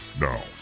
Now